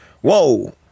Whoa